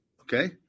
okay